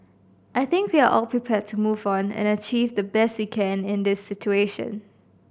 I think we are all prepared to move on and achieve the best we can in this situation